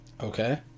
Okay